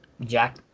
jack